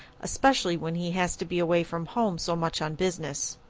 especially when he has to be away from home so much on business.